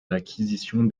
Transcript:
l’acquisition